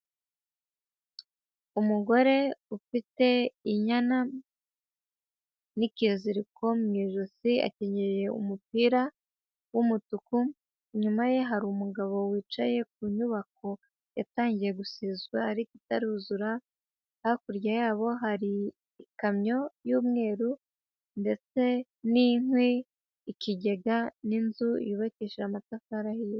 Umugore ufite inyana n'ikiziriko mu ijosi akenyeye umupira w'umutuku, inyuma ye hari umugabo wicaye ku nyubako yatangiye gusizwa ariko itaruzura, hakurya yabo hari ikamyo y'umweru, ndetse n'inkwi, ikigega, n'inzu yubakishije amatafari ahiye.